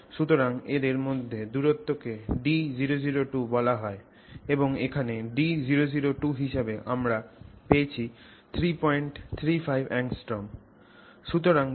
সুতরাং এদের মধ্যে দূরত্ব কে d002 বলা হয় এবং এখানে d002 হিসেবে আমরা পেয়েছি 335 angstroms